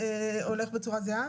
באומנה.